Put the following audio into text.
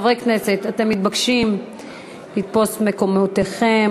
חברי הכנסת, אתם מתבקשים לתפוס את מקומותיכם.